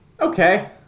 okay